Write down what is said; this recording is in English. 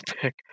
pick